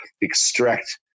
extract